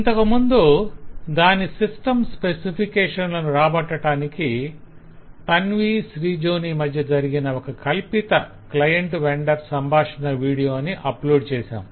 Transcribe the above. ఇంతకు ముందు దాని సిస్టం స్పెసిఫికేషన్లు రాబట్టటానికి తన్వి శ్రిజోని మధ్య జరిగిన ఒక కల్పిత క్లయింట్ వెండర్ సంభాషణ వీడియోని అప్లోడ్ చేసాం